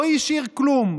לא השאיר כלום,